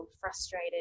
frustrated